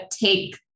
take